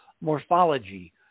morphology